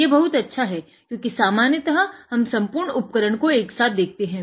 यह बहुत अच्छा है क्योंकि सामान्यतः हम सम्पूर्ण उपकरण को एक साथ देखते हैं